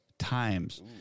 times